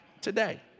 today